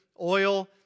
oil